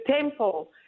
temple